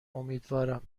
امیدوارم